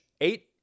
eight